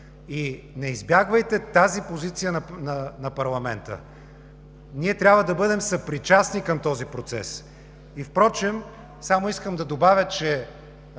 Не избягвайте тази позиция на парламента! Ние трябва да бъдем съпричастни към този процес. Впрочем само искам да добавя, че